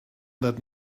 that